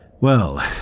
Well